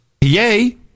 Yay